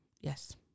Yes